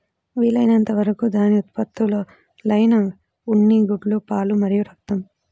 వీలైనంత వరకు దాని ఉత్పత్తులైన ఉన్ని, గుడ్లు, పాలు మరియు రక్తం